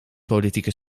politieke